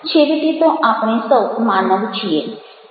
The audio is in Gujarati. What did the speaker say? છેવટે તો આપણે સૌ માનવ છીએ